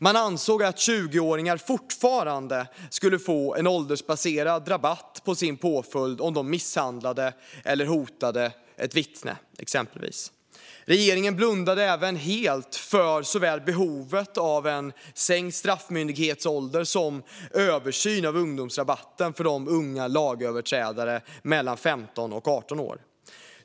Man ansåg att 20-åringar fortfarande skulle få en åldersbaserad rabatt på sin påföljd om de misshandlade eller hotade ett vittne, exempelvis. Regeringen blundade även helt för behovet av såväl en sänkt straffmyndighetsålder som en översyn av ungdomsrabatten för de unga lagöverträdarna mellan 15 och 18 år.